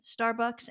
Starbucks